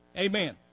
Amen